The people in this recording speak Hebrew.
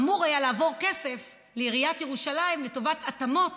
אמור היה לעבור כסף לעיריית ירושלים לטובת התאמות